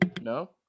No